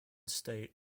state